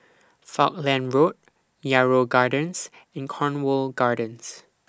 Falkland Road Yarrow Gardens and Cornwall Gardens